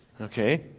Okay